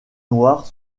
noires